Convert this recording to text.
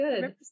good